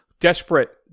desperate